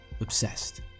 obsessed